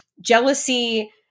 jealousy